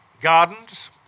gardens